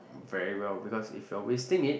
very well because if you're wasting it